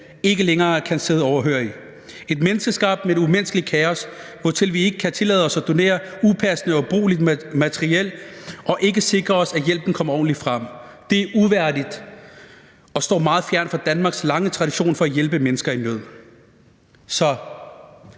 ikke længere kan sidde overhørig – et menneskeskabt, men umenneskeligt kaos, hvortil vi ikke kan tillade os at donere upassende og ubrugeligt materiel og ikke sikre os, at hjælpen kommer ordentligt frem. Det er uværdigt og ligger meget fjernt fra Danmarks lange tradition for at hjælpe mennesker i nød. Så